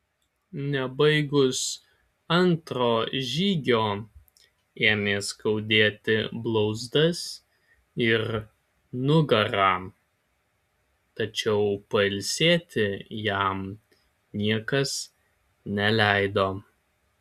nebaigus antro žygio ėmė skaudėti blauzdas ir nugarą tačiau pailsėti jam niekas neleido